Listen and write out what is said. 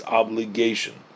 obligation